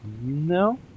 No